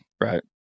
right